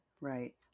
right